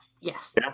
Yes